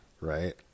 Right